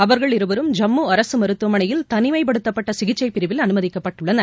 அவர்கள் இருவரும் ஜம்முஅரசுமருத்துவமனையில் தனிமைப்படுத்தப்பட்டசிகிச்சைபிரிவில் அனுமதிக்கப்பட்டுள்ளனர்